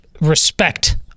respect